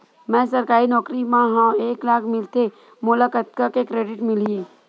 मैं सरकारी नौकरी मा हाव एक लाख मिलथे मोला कतका के क्रेडिट मिलही?